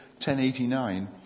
1089